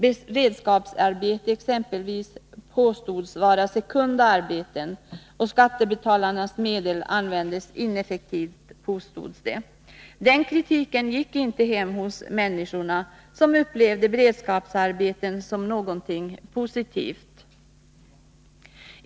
Exempelvis påstods det att beredskapsarbeten var sekunda arbeten och att skattebetalarnas medel användes ineffektivt. Den kritiken gick inte hem hos människorna, som upplevde beredskapsarbetena som någonting positivt.